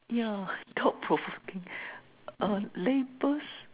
yeah thought provoking uh labels